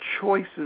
choices